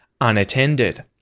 unattended